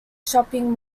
shopping